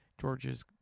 George's